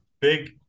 Big